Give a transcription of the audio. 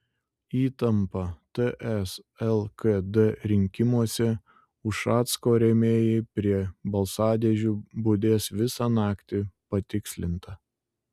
įtampa ts lkd rinkimuose ušacko rėmėjai prie balsadėžių budės visą naktį patikslinta